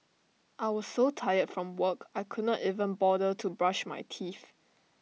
I was so tired from work I could not even bother to brush my teeth